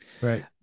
right